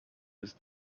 was